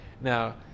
Now